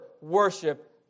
worship